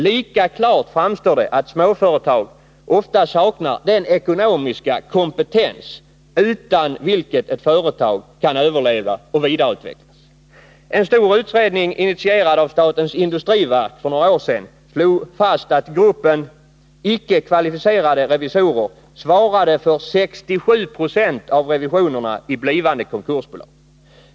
Lika klart framstår det att småföretag ofta saknar den ekonomiska kompetens utan vilken ett företag får svårt att överleva och vidareutvecklas. En stor utredning, initierad av statens industriverk för några år sedan, slog sålunda fast att gruppen icke kvalificerade revisorer svarade för 67 96 av revisionerna i blivande konkursbolag.